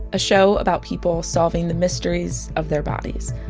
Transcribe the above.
a show about people solving the mysteries of their bodies.